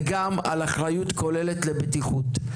וגם על אחריות כוללת לבטיחות.